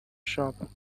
shop